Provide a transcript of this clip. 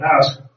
ask